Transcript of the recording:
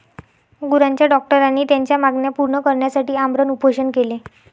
गुरांच्या डॉक्टरांनी त्यांच्या मागण्या पूर्ण करण्यासाठी आमरण उपोषण केले